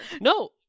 No